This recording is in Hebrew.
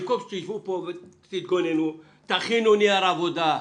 במקום שתשבו כאן ותתגוננו, תכינו נייר עבודה.